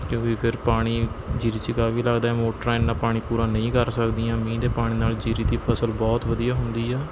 ਕਿਉਂਕਿ ਫੇਰ ਪਾਣੀ ਜ਼ੀਰੀ 'ਚ ਕਾਫੀ ਲੱਗਦਾ ਹੈ ਮੋਟਰਾਂ ਐਨਾ ਪਾਣੀ ਪੂਰਾ ਨਹੀਂ ਕਰ ਸਕਦੀਆਂ ਮੀਂਹ ਦੇ ਪਾਣੀ ਨਾਲ ਜ਼ੀਰੀ ਦੀ ਫਸਲ ਬਹੁਤ ਵਧੀਆ ਹੁੰਦੀ ਹੈ